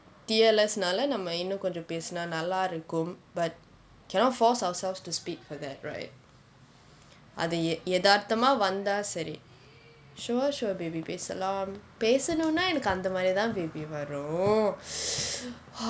T_L_S நாளா நம்ம இன்னும் கொஞ்சம் பேசுனா நல்லா இருக்கும்:naalaa namma innum koncham pesunaa nallaa irukkum but cannot force ourselves to speak for that right அது யதார்த்தமா வந்தா சரி:athu yetharthammaa vanthaa sari sure sure baby பேசலாம் பேசணும்னா எனக்கு அந்த மாதிரி தான்:pesalaam pesanumnaa enakku antha maathiiri thaan baby வரும்:varum